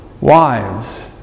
wives